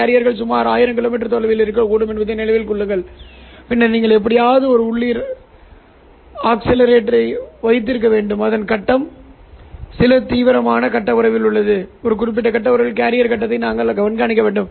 கேரியர்கள் சுமார் 1000 கிலோமீட்டர் தொலைவில் இருக்கக்கூடும் என்பதை நினைவில் கொள்ளுங்கள் பின்னர் நீங்கள் எப்படியாவது ஒரு உள்ளூர் ஆஸிலேட்டரை வைத்திருக்க வேண்டும் அதன் கட்டம் சில திட்டவட்டமான கட்ட உறவில் உள்ளது ஒரு குறிப்பிட்ட கட்ட உறவில் கேரியர் கட்டத்தை நாங்கள் கண்காணிக்க வேண்டும்